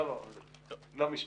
לא משפט.